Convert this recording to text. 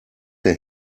der